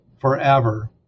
forever